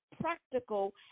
practical